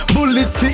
Bullet